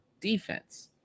defense